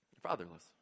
Fatherless